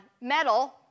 metal